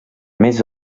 més